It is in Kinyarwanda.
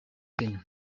kenya